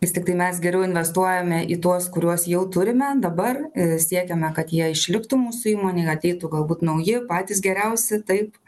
vis tiktai mes geriau investuojame į tuos kuriuos jau turime dabar siekiame kad jie išliktų mūsų įmonėje ateitų galbūt nauji patys geriausi taip